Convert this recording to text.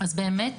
אז באמת,